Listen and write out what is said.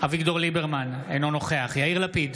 אביגדור ליברמן, אינו נוכח יאיר לפיד,